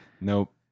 Nope